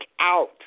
out